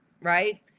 right